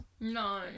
No